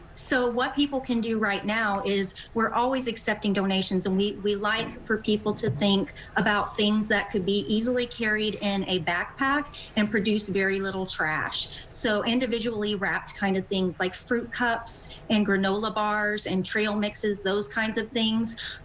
so what people can do right now is we're always accepting donations and we would like for people to think about things that could be easily carried in a backpack and produce very little trash. so individually wrapped kind of things like fruit cups and granola bars and trail mixes, those kinds of things.